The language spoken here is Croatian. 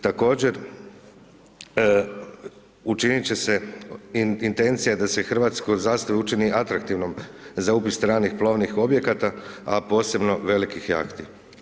Također, učiniti će se intencija da se hrvatska zastava učini atraktivnom za upis stranih, plovnih objekata, a posebno velikih jahti.